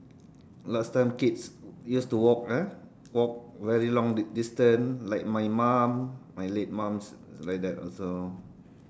last time kids used to walk ah walk very long distance like my mum my late mum's like that also